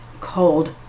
cold